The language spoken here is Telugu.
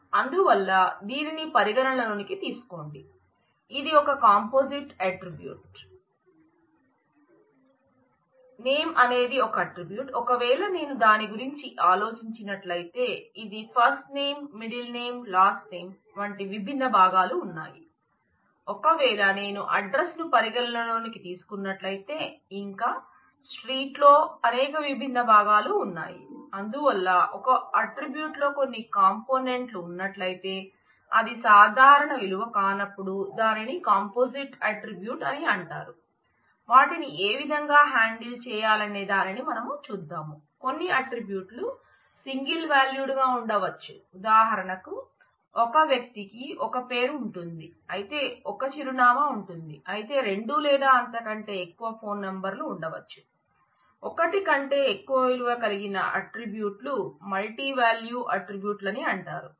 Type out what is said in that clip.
అందువల్ల దీనిని పరిగణనలోకి తీసుకోండి ఇది ఒక కాంపోజిట్ అట్ట్రిబ్యూట్ అని అంటారు